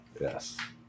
Yes